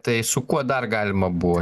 tai su kuo dar galima buvo